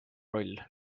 roll